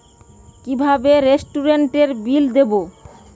কিভাবে রেস্টুরেন্টের বিল দেবো?